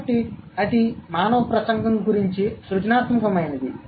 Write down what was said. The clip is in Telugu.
కాబట్టి అది మానవ ప్రసంగం గురించి సృజనాత్మకమైనది